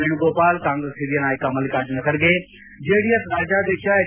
ವೇಣುಗೋಪಾಲ್ ಕಾಂಗ್ರೆಸ್ ಹಿರಿಯ ನಾಯಕ ಮಲ್ಲಿಕಾರ್ಜುನ ಖರ್ಗೆ ಜೆಡಿಎಸ್ ರಾಜ್ಯಾಧ್ಯಕ್ಷ ಹೆಚ್